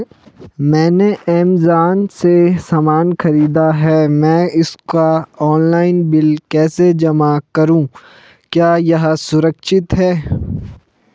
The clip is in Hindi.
मैंने ऐमज़ान से सामान खरीदा है मैं इसका ऑनलाइन बिल कैसे जमा करूँ क्या यह सुरक्षित है?